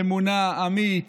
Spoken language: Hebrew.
אמונה, אמי"ת,